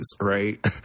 right